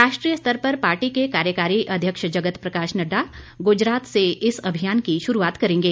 राष्ट्रीय स्तर पर पार्टी के कार्यकारी अध्यक्ष जगत प्रकाश नड्डा गुजरात से इस अभियान की शुरूआत करेंगे